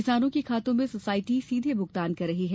किसानों के खातों में सोसायटी सीधे भुगतान कर रही हैं